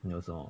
你的什么